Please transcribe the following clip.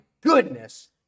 goodness